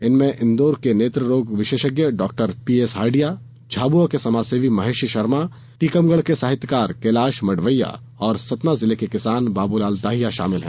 इनमें इंदौर के नेत्र रोग डाक्टर पीएसहार्डिया झाबुआ के समाजसेवी महेश शर्मा टीकमगढ के साहित्यकार कैलाश मडवैया और सतना जिले के किसान बाबूलाल दाहिया शामिल है